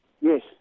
Yes